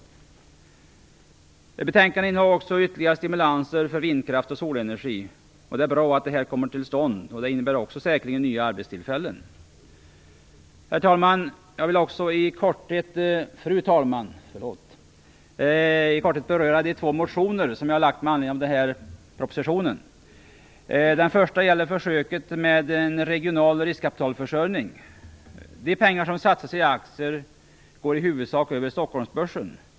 Betänkandet innehåller även ytterligare stimulanser för vindkraft och solenergi. Det är bra att det kommer till stånd, och det innebär säkerligen också nya arbetstillfällen. Fru talman! Jag vill också i korthet beröra de två motioner som jag lagt fram med anledning av denna proposition. Den första gäller försöket med en regional riskkapitalförsörjning. De pengar som satsas i aktier går i huvudsak över Stockholmsbörsen.